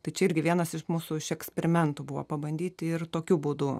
tai čia irgi vienas iš mūsų šia eksperimentų buvo pabandyti ir tokiu būdu